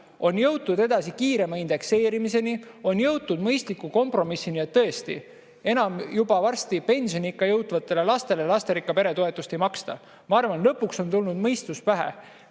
On jõutud edasi kiirema indekseerimiseni, on jõutud mõistliku kompromissini, et tõesti enam juba varsti pensioniikka jõudvatele lastele lasterikka pere toetust ei maksta. Ma arvan, et lõpuks on tulnud mõistus pähe.